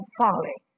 folly